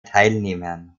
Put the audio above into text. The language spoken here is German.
teilnehmern